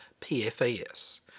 PFAS